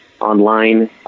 Online